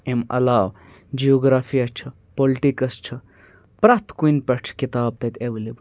اَمہِ علاوٕ جِیوگرافیہ چھُ پُلٹِکٕس چھُ پرٛٮ۪تھ کُنہِ پٮ۪ٹھ چھِ کِتاب تَتہِ اٮ۪ویلیبٕل